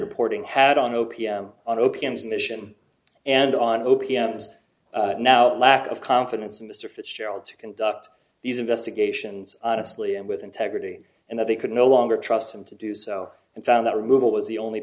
reporting had on o p m on o p s mission and on o p m is now lack of confidence in mr fitzgerald to conduct these investigations honestly and with integrity and that they could no longer trust him to do so and found that removal was the only